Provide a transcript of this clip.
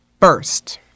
First